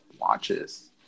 watches